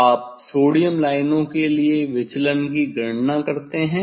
आप सोडियम लाइनों के लिए विचलन की गणना करते हैं